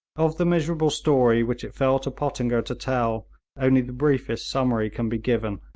of the miserable story which it fell to pottinger to tell only the briefest summary can be given.